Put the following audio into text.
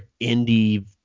indie